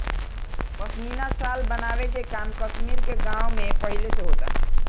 पश्मीना शाल बनावे के काम कश्मीर के गाँव में पहिले से होता